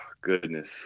goodness